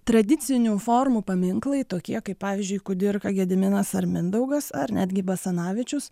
tradicinių formų paminklai tokie kaip pavyzdžiui kudirka gediminas ar mindaugas ar netgi basanavičius